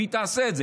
והיא תעשה את זה,